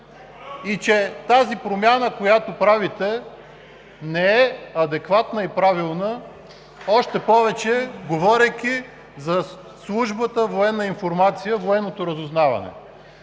и че тази промяна, която правите, не е адекватна и правилна, още повече, говорейки за Служба „Военна информация“ – военното разузнаване.